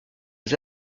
des